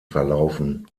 verlaufen